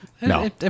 No